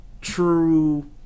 true